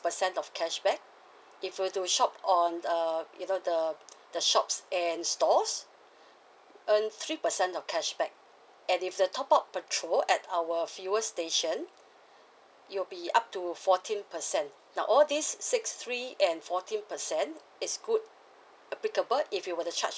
percent of cashback if you were to shop on uh you know the the shops and stores earn three percent of cashback and if the top up petrol at our fuel station it'll be up to fourteen percent now all these six three and fourteen percent is good applicable if you were to charge